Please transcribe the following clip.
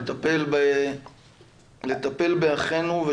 לטפל באחינו,